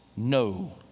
no